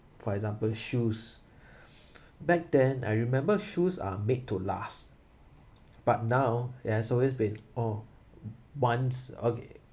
for example shoes back then I remembered shoes are made to last but now it has always been oh once okay